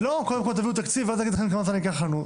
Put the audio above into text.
זה לא קודם כל תביאו תקציב ואז נגיד לכם כמה זמן ייקח לנו.